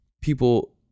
people